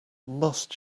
must